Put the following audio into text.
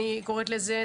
אני קוראת לזה,